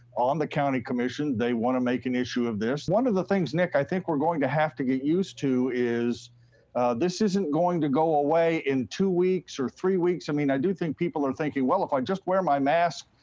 on the county commission. they want to make an issue of this. one of the things, nick, i think we're going to have to get used to is this isn't going to go away in two weeks or three weeks. i mean, i do think people are thinking well if i wear my mask,